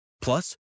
Plus